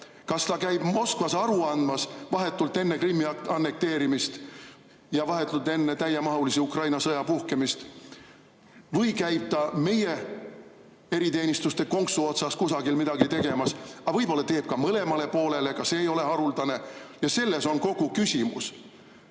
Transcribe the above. Kas ta käib Moskvas aru andmas vahetult enne Krimmi annekteerimist ja vahetult enne täiemahulise Ukraina sõja puhkemist või käib ta meie eriteenistuste konksu otsas kusagil midagi tegemas? Aga võib-olla teeb ka mõlemale poolele, ka see ei ole haruldane. Ja selles on kogu küsimus.